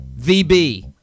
VB